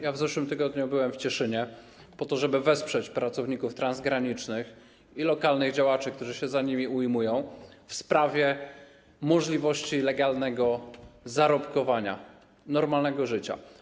Ja w zeszłym tygodniu byłem w Cieszynie, po to żeby wesprzeć pracowników transgranicznych i lokalnych działaczy, którzy się za nimi ujmują w sprawie możliwości legalnego zarobkowania, normalnego życia.